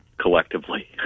collectively